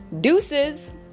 deuces